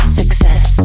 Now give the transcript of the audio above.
success